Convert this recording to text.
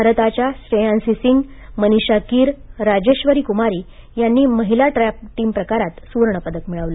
भारताच्या श्रेयांसी सिंग मनिषा किर राजेश्वरी कुमारी यांनी महिला ट्रॅप टीम प्रकारांत सुवर्ण पदक मिळवलं